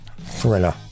thriller